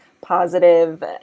positive